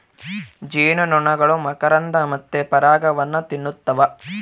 ಜೇನುನೊಣಗಳು ಮಕರಂದ ಮತ್ತೆ ಪರಾಗವನ್ನ ತಿನ್ನುತ್ತವ